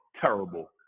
terrible